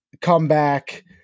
comeback